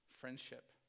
friendship